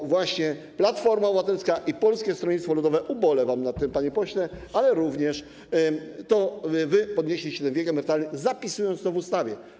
To właśnie Platforma Obywatelska i Polskie Stronnictwo Ludowe - ubolewam nad tym, panie pośle - to wy podnieśliście wiek emerytalny, zapisując to w ustawie.